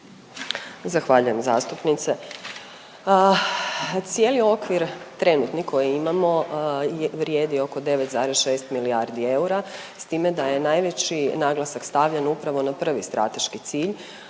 Zahvaljujem zastupnice. Cijeli okvir trenutni koji imamo vrijedi oko 9,6 milijardi eura s time da je najveći naglasak stavljen upravo na prvi strateški cilj